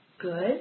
good